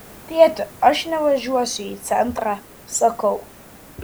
tėti aš nevažiuosiu į centrą sakau